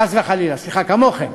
חס וחלילה, סליחה, כמוכם.